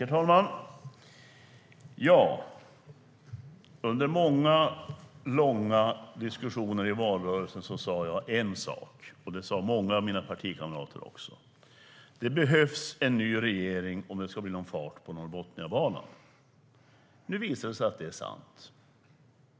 Herr talman! Under många långa diskussioner i valrörelsen sade jag en sak - det sade många av mina partikamrater också: Det behövs en ny regering om det ska bli någon fart på Norrbotniabanan. Nu visar det sig att det var sant.